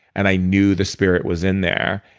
and i knew the spirit was in there.